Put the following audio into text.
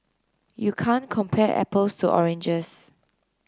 you can't compare apples to oranges